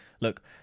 look